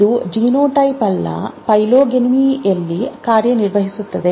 ಇದು ಜಿನೋಟೈಪ್ ಅಲ್ಲ ಫಿನೋಟೈಪ್ನಲ್ಲಿ ಕಾರ್ಯನಿರ್ವಹಿಸುತ್ತದೆ